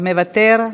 מוותר,